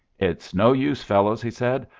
it's no use, fellows, he said.